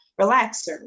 relaxer